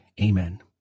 Amen